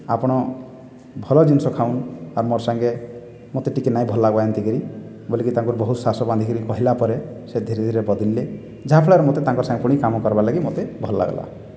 ଆପଣ ଭଲ ଜିନିଷ ଖାଆନ୍ତୁ ଆର୍ ମୋର ସାଙ୍ଗେ ମୋତେ ଟିକିଏ ନାହିଁ ଭଲ ଲାଗିବାର ଏମିତିକରି ବୋଲିକି ତାଙ୍କୁ ବହୁତ ସାହସ ବାନ୍ଧିକରି କହିଲାପରେ ସେ ଧୀରେ ଧୀରେ ବଦଳିଲେ ଯାହାଫଳରେ ମୋତେ ତାଙ୍କର ସାଙ୍ଗରେ ପୁଣି କାମ କରିବା ଲାଗି ମୋତେ ଭଲ ଲାଗିଲା